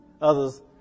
Others